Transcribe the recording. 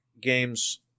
games